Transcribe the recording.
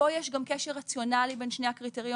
פה יש גם קשר רציונלי בין שני הקריטריונים.